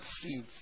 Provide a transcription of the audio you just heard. seeds